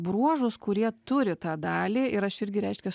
bruožus kurie turi tą dalį ir aš irgi reiškias